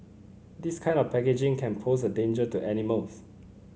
this kind of packaging can pose a danger to animals